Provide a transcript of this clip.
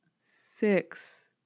Six